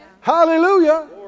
hallelujah